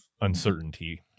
uncertainty